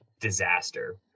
disaster